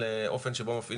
למה?